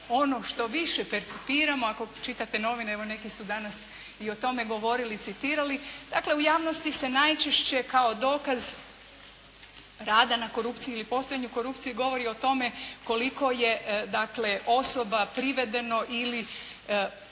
ono što više percipiramo, ako čitate novine, evo neki su danas i o tome govorili i citirali. Dakle u javnosti se najčešće kao dokaz rada na korupciji ili postojanju korupcije govori o tome koliko je dakle osoba privedeno ili pod